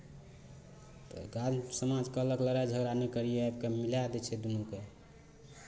तऽ गाँव समाज कहलक लड़ाइ झगड़ा नहि करिहेँ आबि कऽ मिलाए दै छै दुनूकेँ